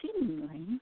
seemingly